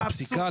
שהפסיקה,